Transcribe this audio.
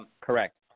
Correct